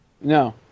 No